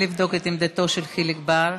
נא לבדוק את עמדתו של חיליק בר.